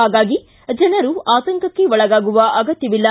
ಹಾಗಾಗಿ ಜನರು ಆತಂಕಕ್ಕೆ ಒಳಗಾಗುವ ಅಗತ್ಯವಿಲ್ಲ